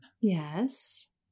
Yes